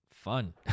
fun